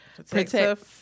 Protect